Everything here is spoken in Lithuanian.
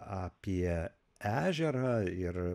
apie ežerą ir